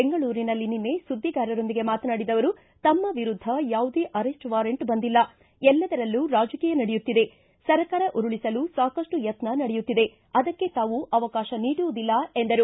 ಬೆಂಗಳೂರಿನಲ್ಲಿ ನಿನ್ನೆ ಸುದ್ದಿಗಾರರೊಂದಿಗೆ ಮಾತನಾಡಿದ ೆ ಅವರು ತಮ್ಮ ವಿರುದ್ದ ಯಾವುದೇ ಅರೆಸ್ಟ್ ವಾರಂಟ್ ಬಂದಿಲ್ಲ ಎಲ್ಲದರಲ್ಲೂ ರಾಜಕೀಯ ನಡೆಯುತ್ತಿದೆ ಸರ್ಕಾರ ಉರುಳಿಸಲು ಸಾಕಷ್ಟು ಯತ್ನ ನಡೆಯುತ್ತಿದೆ ಅದಕ್ಕೆ ತಾವು ಅವಕಾಶ ನೀಡುವುದಿಲ್ಲ ಎಂದರು